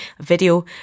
video